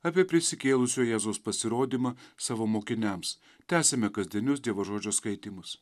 apie prisikėlusio jėzaus pasirodymą savo mokiniams tęsiame kasdienius dievo žodžio skaitymus